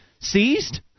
seized